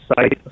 Site